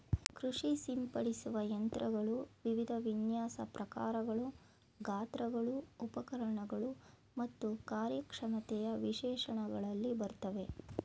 ಕೃಷಿ ಸಿಂಪಡಿಸುವ ಯಂತ್ರಗಳು ವಿವಿಧ ವಿನ್ಯಾಸ ಪ್ರಕಾರಗಳು ಗಾತ್ರಗಳು ಉಪಕರಣಗಳು ಮತ್ತು ಕಾರ್ಯಕ್ಷಮತೆಯ ವಿಶೇಷಣಗಳಲ್ಲಿ ಬರ್ತವೆ